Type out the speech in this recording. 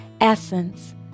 essence